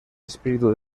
espíritu